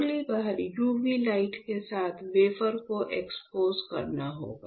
अगली बार UV light के साथ वेफर को एक्सपोज करना होगा